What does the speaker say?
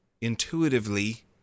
intuitively